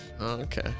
Okay